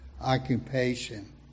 occupation